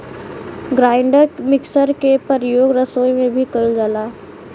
grinder mixer के परियोग रसोई में भी कइल जाला